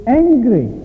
angry